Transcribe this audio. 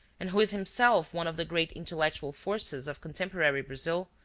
and who is himself one of the great intellectual forces of contemporary brazil,